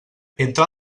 entre